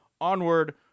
onward